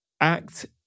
act